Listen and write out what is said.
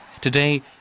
Today